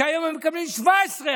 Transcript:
כשהיום הם מקבלים 17%